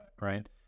right